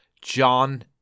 John